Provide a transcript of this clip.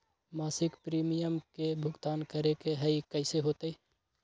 मासिक प्रीमियम के भुगतान करे के हई कैसे होतई?